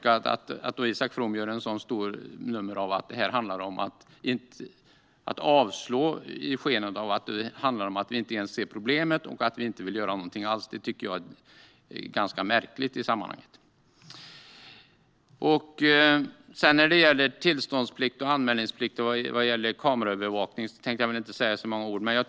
Att Isak From gör ett sådant stort nummer av att detta handlar om att avslå, att vi inte ens ser problemet och att vi inte vill göra någonting alls, kan jag i sammanhanget tycka är ganska märkligt. När det gäller tillståndsplikt och anmälningsplikt för kameraövervakning tänker jag inte säga så många ord.